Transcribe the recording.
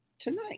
tonight